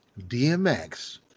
DMX